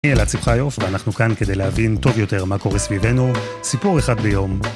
אני אלעד שמחיוב ואנחנו כאן כדי להבין טוב יותר מה קורה סביבנו, סיפור אחד ביום.